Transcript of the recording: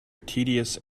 tedious